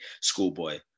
schoolboy